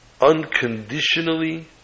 unconditionally